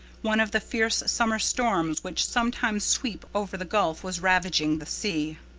one of the fierce summer storms which sometimes sweep over the gulf was ravaging the sea.